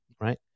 Right